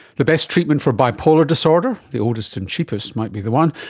the best treatment for bipolar disorder, the oldest and cheapest might be the one.